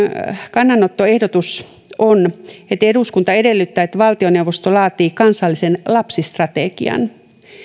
kannanottoehdotus on että eduskunta edellyttää että valtioneuvosto laatii kansallisen lapsistrategian